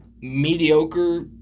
mediocre –